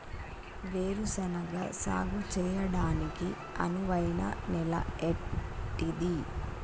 వేరు శనగ సాగు చేయడానికి అనువైన నేల ఏంటిది?